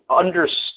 understand